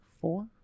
four